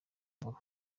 mbura